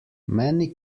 many